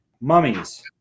Mummies